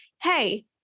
Hey